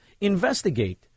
investigate